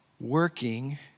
working